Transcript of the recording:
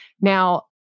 Now